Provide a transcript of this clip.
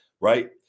Right